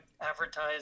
advertise